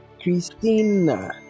Christina